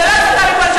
זו לא הסתה מפה לשם.